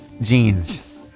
jeans